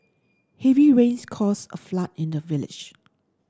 heavy rains caused a flood in the village